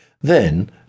Then